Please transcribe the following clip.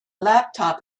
laptop